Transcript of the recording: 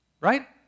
right